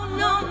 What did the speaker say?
no